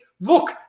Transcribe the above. Look